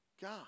God